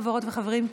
חברות וחברים,